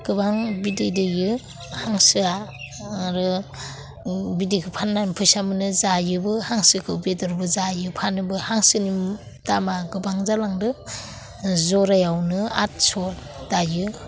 गोबां बिदै दैयो हांसोआ आरो बिदैखो फानना फैसा मोनो जायोबो हांसोखो बेदरबो जायो फानोबो हांसोनि दामआ गोबां जालांदो ज'रायावनो आठस' दायो